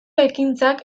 ekintzak